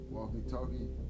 Walkie-talkie